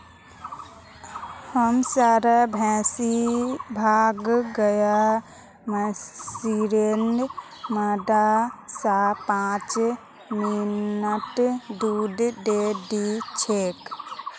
हमसार बेसी भाग गाय मशीनेर मदद स पांच मिनटत दूध दे दी छेक